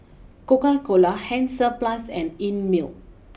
Coca Cola Hansaplast and Einmilk